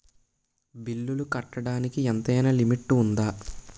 బిల్లులు కట్టడానికి ఎంతైనా లిమిట్ఉందా?